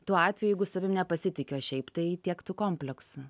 tuo atveju jeigu savim nepasitiki o šiaip tai tiek tų kompleksų